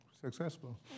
successful